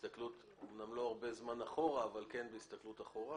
בהסתכלות אמנם לא הרבה זמן אחורה אבל כן בהסתכלות אחורה,